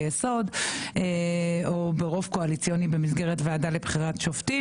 יסוד או ברוב קואליציוני במסגרת ועדה לבחירת שופטים,